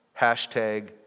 Hashtag